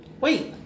Wait